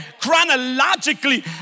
chronologically